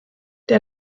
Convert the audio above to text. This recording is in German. der